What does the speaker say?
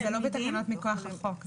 זה לא בתקנות מכוח החוק.